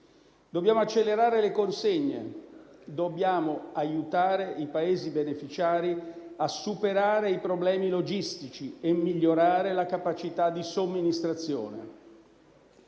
Dobbiamo accelerare le consegne e dobbiamo aiutare i Paesi beneficiari a superare i problemi logistici e a migliorare la capacità di somministrazione;